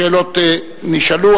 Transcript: השאלות נשאלו.